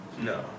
No